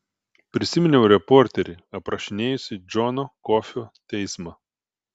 prisiminiau reporterį aprašinėjusį džono kofio teismą